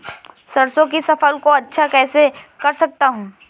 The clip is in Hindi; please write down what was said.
सरसो की फसल को अच्छा कैसे कर सकता हूँ?